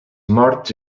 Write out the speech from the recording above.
morts